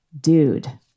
dude